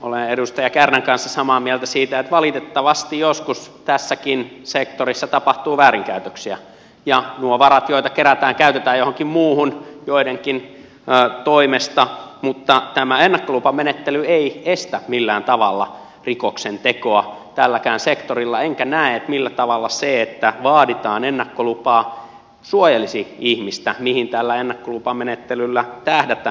olen edustaja kärnän kanssa samaa mieltä siitä että valitettavasti joskus tässäkin sektorissa tapahtuu väärinkäytöksiä ja nuo varat joita kerätään käytetään johonkin muuhun joidenkin toimesta mutta tämä ennakkolupamenettely ei estä millään tavalla rikoksen tekoa tälläkään sektorilla enkä näe millä tavalla se että vaaditaan ennakkolupa suojelisi ihmistä mihin tällä ennakkolupamenettelyllä tähdätään